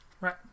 Right